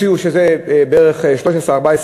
בערך ב-13,000,